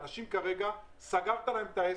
אנשים כרגע, סגרת להם את העסק,